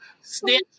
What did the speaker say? snitch